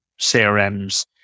CRMs